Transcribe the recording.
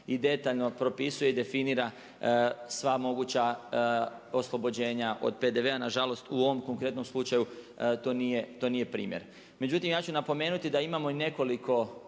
i detaljno propisuje i definira sva moguća oslobođenja od PDV-a. Nažalost, u ovom konkretnom slučaju to nije primjer. Međutim, ja ću napomenuti da imamo i nekoliko